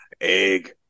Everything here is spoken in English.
egg